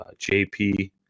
JP